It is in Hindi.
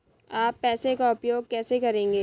आप पैसे का उपयोग कैसे करेंगे?